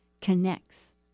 connects